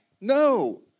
no